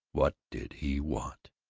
what did he want?